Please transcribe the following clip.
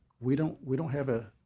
we don't we don't have a